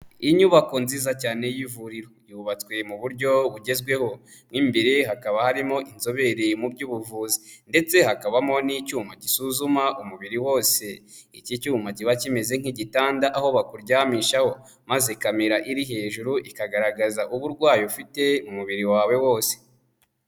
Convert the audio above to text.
Inyubako nziza cyane y'ivuriro, yubatswe mu buryo bugezweho mo imbere hakaba harimo inzobere mu by'ubuvuzi ndetse hakabamo n'icyuma gisuzuma umubiri wose, iki cyuma kiba kimeze nk'igitanda aho bakuryamishaho, maze kamera iri hejuru ikagaragaza uburwayi ufite umubiri wawe wose.